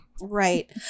Right